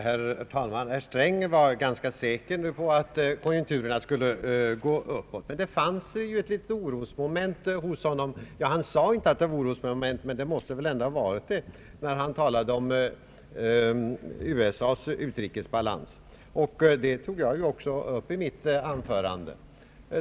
Herr talman! Herr Sträng var ganska säker på att konjunkturerna skulle gå uppåt, men det fanns ett litet orosmoment hos honom. Han sade visserligen inte att det var ett orosmoment men det måste väl ändå ha varit det när han talade om USA:s utrikesbalans. Det tog jag också upp i mitt anförande.